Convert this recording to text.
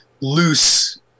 loose